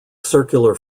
circular